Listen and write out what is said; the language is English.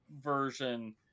version